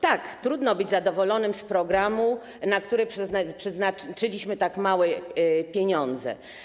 Tak, trudno być zadowolonym z programu, na który przeznaczyliśmy tak małe pieniądze.